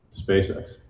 SpaceX